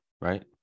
Right